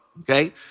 okay